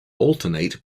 alternate